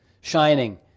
shining